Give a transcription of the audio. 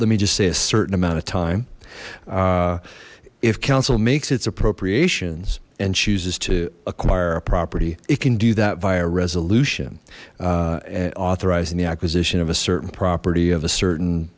let me just say a certain amount of time if council makes its appropriations and chooses to acquire our property it can do that via resolution and authorizing the acquisition of a certain property of a certain